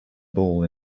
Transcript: ball